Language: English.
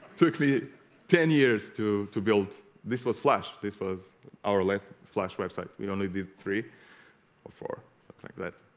quickly ten years to to build this was flashed this was our last flash website we only did three or four like that